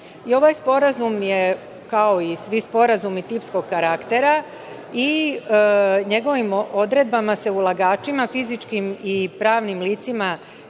Ovaj sporazum je, kao i svi sporazumi, tipskog karaktera i njegovim odredbama se ulagačima fizičkim i pravnim licima